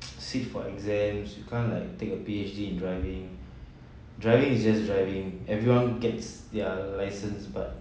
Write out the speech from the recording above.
sit for exams you can't like take a P_H_D in driving driving is just driving everyone gets their licence but